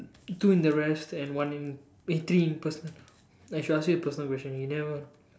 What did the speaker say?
two in the rest and one in eh three in personal I should ask you a personal question you never